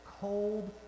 cold